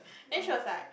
then she was like